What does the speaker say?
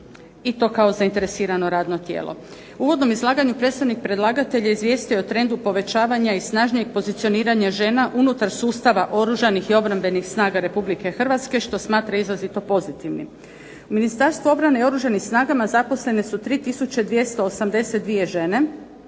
i to kao zainteresirano radno tijelo. U uvodnom izlaganju predstavnik predlagatelja izvijestio je o trendu povećavanja i snažnijeg pozicioniranja žena unutar sustava Oružanih i obrambenih snaga Republike Hrvatske što smatra izrazito pozitivnim. U Ministarstvu obrane i Oružanim snagama zaposlene su 3282 žene,